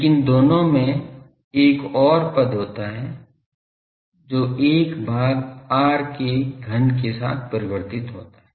लेकिन दोनों में एक ओर पद होता है जो 1 भाग r के घन के साथ परिवर्तित होता है